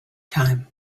time